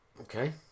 Okay